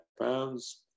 pounds